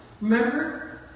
Remember